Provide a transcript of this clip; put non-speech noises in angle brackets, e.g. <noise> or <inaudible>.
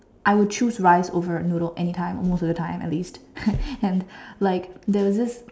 I would choose rice over noodle any time or most of the time at least <laughs> and like there was this